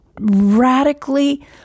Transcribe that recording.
radically